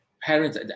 parents